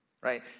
right